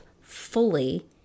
fully